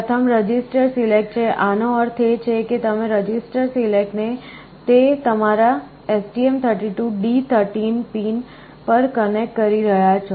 પ્રથમ register select છે આનો અર્થ એ છે કે તમે રજિસ્ટર સિલેક્ટ ને તે તમારા STM32 D13 પિન પર કનેક્ટ કરી રહ્યાં છો